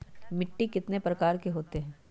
मिट्टी कितने प्रकार के होते हैं?